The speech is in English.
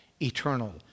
eternal